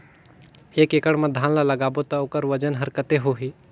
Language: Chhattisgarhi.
एक एकड़ मा धान ला लगाबो ता ओकर वजन हर कते होही?